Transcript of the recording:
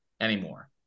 anymore